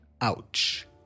Ouch